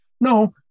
No